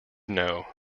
know